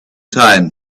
time